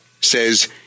says